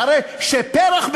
אחרי שפרח,